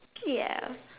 ya